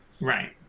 Right